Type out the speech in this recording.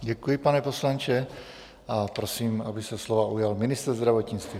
Děkuji, pane poslanče, a prosím, aby se slova ujal ministr zdravotnictví.